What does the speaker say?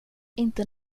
inte